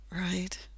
Right